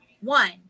one